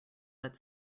but